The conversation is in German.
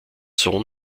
sohn